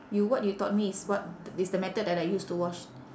you what you taught me is what it's the method that I use to wash